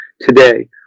today